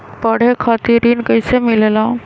पढे खातीर ऋण कईसे मिले ला?